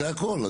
זה הכול.